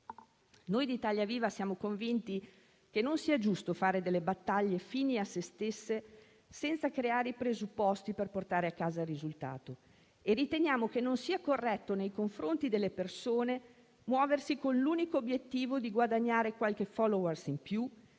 Noi di Italia Viva siamo convinti che non sia giusto fare delle battaglie fini a se stesse senza creare i presupposti per portare a casa il risultato. E riteniamo che non sia corretto nei confronti delle persone muoversi con l'unico obiettivo di guadagnare qualche *follower* in più,